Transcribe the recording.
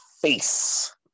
face